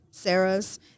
Sarah's